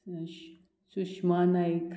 Sushma Naik